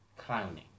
clowning